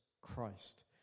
Christ